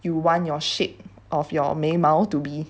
you want your shade of your 眉毛 to be